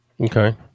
Okay